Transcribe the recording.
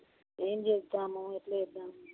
ఏం చేద్దాము ఎలా చేద్దాము